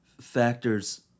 factors